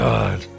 God